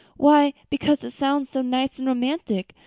why, because it sounds so nice and romantic,